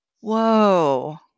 Whoa